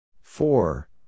Four